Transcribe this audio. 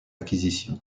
acquisition